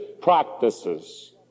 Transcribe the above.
practices